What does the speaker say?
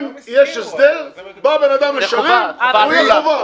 אם יש הסדר ובא בן אדם לשלם הוא יכובד.